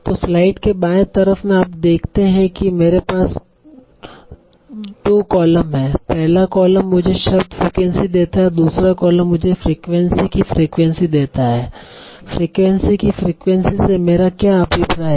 तो स्लाइड के बाएं तरफ में आप देखते हैं कि मेरे पास 2 कॉलम हैं पहला कॉलम मुझे शब्द फ्रीक्वेंसी देता है दूसरा कॉलम मुझे फ्रीक्वेंसी की फ्रीक्वेंसी देता है फ्रीक्वेंसी की फ्रीक्वेंसी से मेरा क्या अभिप्राय है